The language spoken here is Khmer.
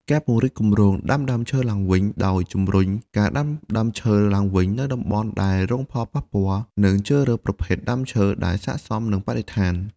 ការពង្រីកគម្រោងដាំដើមឈើឡើងវិញដោយ ជំរុញការដាំដើមឈើឡើងវិញនៅតំបន់ដែលរងផលប៉ះពាល់ និងជ្រើសរើសប្រភេទដើមឈើដែលស័ក្ដិសមនឹងបរិស្ថាន។